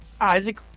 isaac